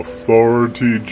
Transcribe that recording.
Authority